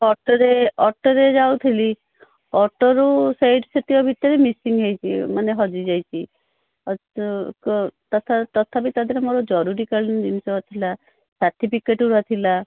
ଅଟୋରେ ଅଟୋରେ ଯାଉଥିଲି ଅଟୋରୁ ସେଇଠି ସେତିକ ଭିତରେ ମିସିଂ ହେଇଛି ମାନେ ହଜିଯାଇଛି ତଥା ତଥାପି ତା ଦେହରେ ମୋର ଜରୁରୀକାଳୀନ ଜିନିଷ ଥିଲା ସାର୍ଟିଫିକେଟ୍ ଗୁଡ଼ା ଥିଲା